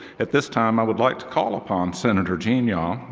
at this time i would like to call upon senator gene yaw,